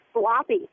sloppy